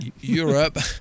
Europe